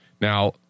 Now